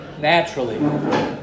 naturally